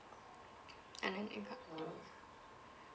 and then inc~